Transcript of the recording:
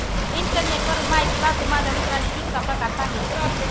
इंटरनेटवरून माहिती वाचून माझ्या मित्राने ज्यूटचा प्रकार सांगितला